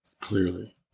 clearly